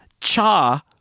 Cha